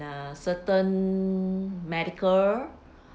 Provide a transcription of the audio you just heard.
uh certain medical